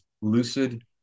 lucid